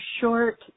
short